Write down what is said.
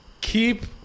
keep